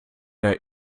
der